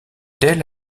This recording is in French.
d’elles